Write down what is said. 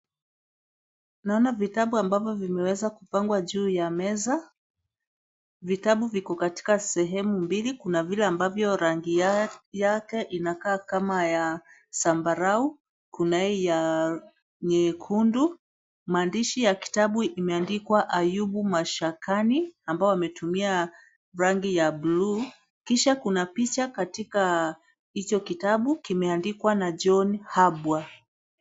Naona vitabu ambavyo vimeweza kupangwa juu ya meza. Vitabu viko katika sehemu mbili. Kuna vile ambavyo rangi yake inakaa kama ya zambarau kunaa hii ya nyekundu. Maandishi ya kitabu imeandikwa ayubu mashakani ambayo wametumia rangi ya bluu kisha kuna picha katika hicho kitabu kimeandikwa na John Habwa.